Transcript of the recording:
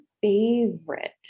favorite